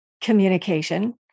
communication